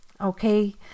Okay